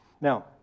Now